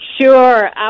Sure